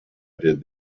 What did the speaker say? did